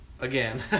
Again